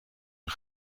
een